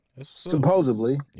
supposedly